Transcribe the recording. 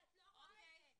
אבל את לא רואה את זה.